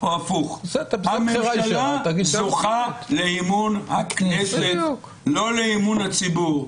הממשלה זוכה לאמון הכנסת, לא לאמון הציבור.